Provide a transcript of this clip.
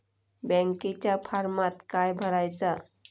बँकेच्या फारमात काय भरायचा?